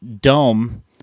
dome